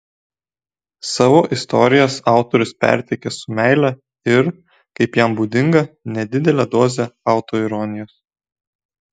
savo istorijas autorius perteikia su meile ir kaip jam būdinga nedidele doze autoironijos